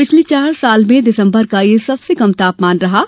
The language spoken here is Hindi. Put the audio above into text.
पिछले चार साल में दिसंबर का ये सबसे कम तापमान रहा है